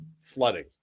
flooding